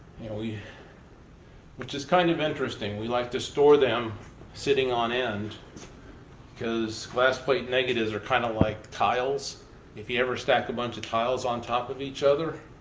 which is kind of interesting, we like to store them sitting on end because glass plate negatives are kind of like tiles if you ever stack a bunch of tiles on top of each other,